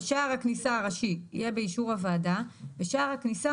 סביר ביותר שרשות חופשית לשים תשתיות ולהתכונן.